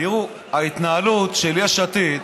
תראו, ההתנהלות של יש עתיד מבחינתי,